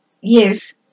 Yes